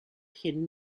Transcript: hidden